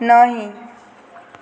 नहि